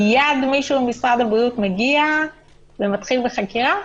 מיד מישהו ממשרד הבריאות ומתחיל בחקירה?